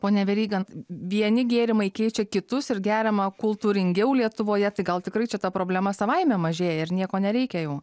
pone veryga vieni gėrimai keičia kitus ir geriama kultūringiau lietuvoje tai gal tikrai čia ta problema savaime mažėja ir nieko nereikia jau